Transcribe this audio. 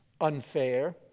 unfair